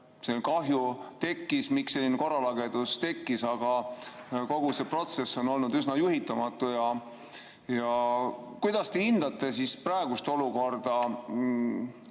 selline kahju tekkis, miks selline korralagedus tekkis, aga kogu see protsess on olnud üsna juhitamatu. Kuidas te hindate praegust olukorda